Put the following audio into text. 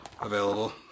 available